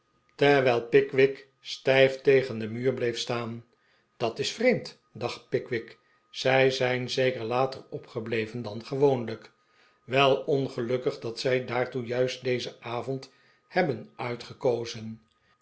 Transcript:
terwijl pickwick stijf tegen den muur bleef staan dat is vreemd dacht pickwick zij zijn zeker later opgebleven dan gewoonlijk wel ongelukkig dat zij daartoe juist dezen avond hebben uitgekozen